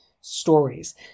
stories